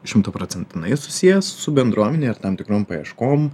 šimtu procent susijęs su bendruomene ir tam tikrom paieškom